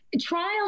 trials